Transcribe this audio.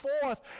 forth